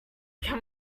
can